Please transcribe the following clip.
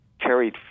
carried